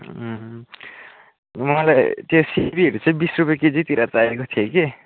मलाई त्यो सिमीहरू चाहिँ बिस रुपियाँ केजीतिर चाहिएको थियो कि